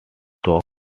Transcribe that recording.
stoke